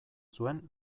zuen